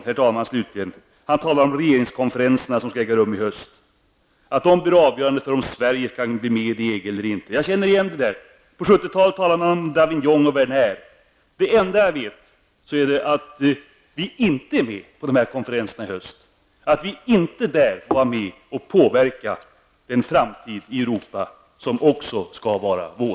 Per-Ola Eriksson talar om att de regeringskonferenser som skall äga rum i höst blir avgörande för om Sverige kan bli med i EG eller inte. Jag känner igen det där. På 70-talet talade man om Davignon och Werner. Det enda jag vet är att vi inte är med på de här konferenserna i höst -- att vi inte där får vara med och påverka den framtid i Europa som också skall vara vår.